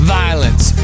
violence